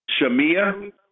Shamia